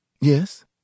Yes